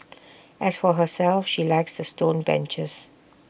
as for herself she likes the stone benches